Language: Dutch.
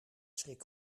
schrik